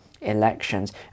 elections